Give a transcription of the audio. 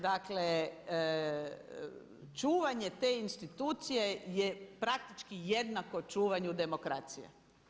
Dakle, čuvanje te institucije je praktički jednako čuvanju demokracija.